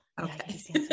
Okay